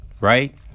right